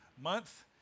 month